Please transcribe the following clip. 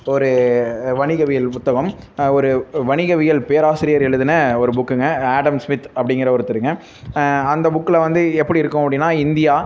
ஒரு வணிகவியல் புத்தகம் ஒரு வணிகவியல் பேராசிரியர் எழுதின ஒரு புக்குங்க ஆடம்ஸ் ஸ்மித் அப்படிங்கிற ஒருத்தருங்கள் அந்த புக்கில் வந்து எப்படி இருக்கும் அப்படின்னா இந்தியா